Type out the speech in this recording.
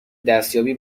دستیابی